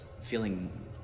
feeling